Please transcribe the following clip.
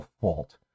fault